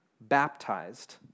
baptized